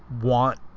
want